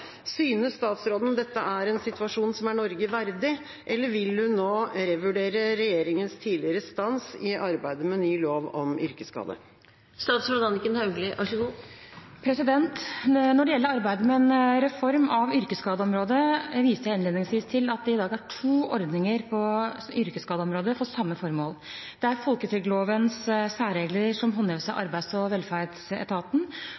Synes statsråden dette er en situasjon som er Norge verdig, eller vil hun nå revurdere regjeringens tidligere stans i arbeidet med ny lov om yrkesskade?» Når det gjelder arbeidet med en reform av yrkesskadeområdet, viser jeg innledningsvis til at det i dag er to ordninger på yrkesskadeområdet for samme formål. Det er folketrygdlovens særregler som håndheves av